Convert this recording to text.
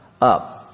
up